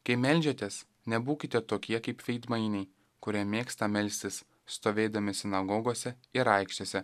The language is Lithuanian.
kai meldžiatės nebūkite tokie kaip veidmainiai kurie mėgsta melstis stovėdami sinagogose ir aikštėse